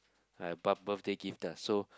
ah birth~ birthday gift so